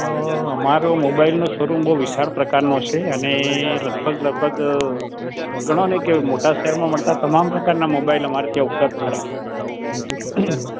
અમર તો મોબાઈલનો શોરૂમ બઉ વિશાળ પ્રાકરનો છે અને લગભગ લગભગ ઘણો અને મોટા સાહેરમાં મળતા તમામ પ્રકારના મોબાઈલ અમારે ત્યાં ઉપલબ્ધ છેઃ